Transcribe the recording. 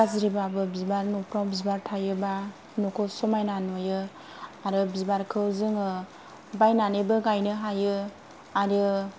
गाज्रिब्लाबो बिबार न'फोराव बिबार थायोब्ला न'खौ समायना नुयो आरो बिबारखौ जोङो बायनानैबो गायनो हायो आरो